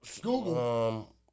Google